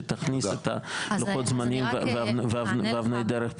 שתכניס את לוחות הזמנים ואבני הדרך פנימה.